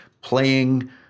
playing